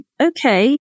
okay